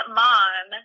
mom